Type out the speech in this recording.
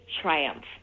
triumph